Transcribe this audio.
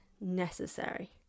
necessary